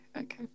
okay